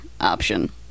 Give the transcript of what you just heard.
option